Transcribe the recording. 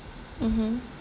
mmhmm